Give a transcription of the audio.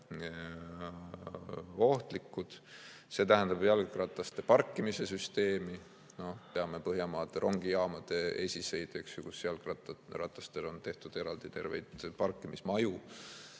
See tähendab ka jalgrataste parkimise süsteemi. Teame Põhjamaade rongijaamade esiseid, kus jalgratastele on tehtud terveid parkimismaju.